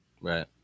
Right